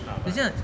等一下